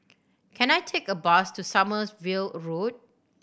can I take a bus to Sommerville Road